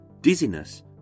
dizziness